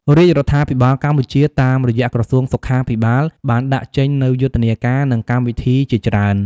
រាជរដ្ឋាភិបាលកម្ពុជា តាមរយៈក្រសួងសុខាភិបាលបានដាក់ចេញនូយុទ្ធនាការ និងកម្មវិធីជាច្រើន។